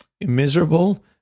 miserable